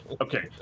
Okay